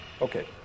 Okay